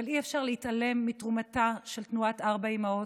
אבל אי-אפשר להתעלם מתרומתה של תנועת ארבע אימהות,